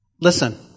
Listen